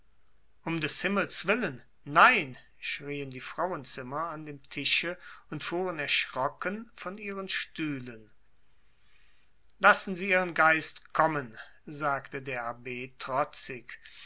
um des himmels willen nein schrien die frauenzimmer an dem tische und fuhren erschrocken von ihren stühlen lassen sie ihren geist kommen sagte der abb trotzig